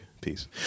Peace